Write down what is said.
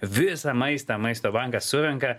visą maistą maisto bankas surenka